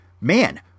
man